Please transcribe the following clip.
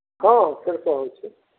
हॅं हॅं फेरसॅं होइ छै